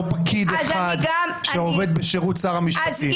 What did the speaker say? לא פקיד אחד שעובד בשירות שר המשפטים.